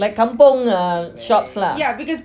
like kampung err shops lah